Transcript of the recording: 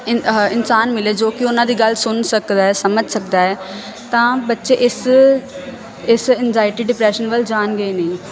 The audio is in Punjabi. ਇਨ ਇਨਸਾਨ ਮਿਲੇ ਜੋ ਕਿ ਉਹਨਾਂ ਦੀ ਗੱਲ ਸੁਣ ਸਕਦਾ ਸਮਝ ਸਕਦਾ ਤਾਂ ਬੱਚੇ ਇਸ ਇਸ ਐਨਜਾਇਟੀ ਡਿਪਰੈਸ਼ਨ ਵੱਲ ਜਾਣਗੇ ਨਹੀਂ